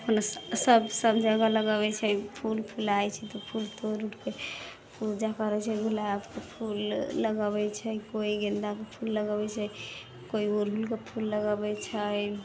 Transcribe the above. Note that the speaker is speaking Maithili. कोनो सब सब जगह लगबै छै फूल फुलाइ छै तऽ फूल तोड़ि उड़के पूजा करै छै गुलाबके फूल लगबै छै कोइ गेन्दाके फूल लगबै छै कोइ उड़हुलके फूल लगबै छै